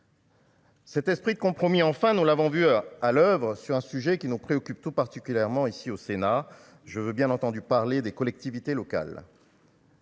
Cet esprit de compromis, enfin, nous l'avons vu à à l'oeuvre sur un sujet qui nous préoccupe tout particulièrement ici au Sénat, je veux bien entendu parler des collectivités locales.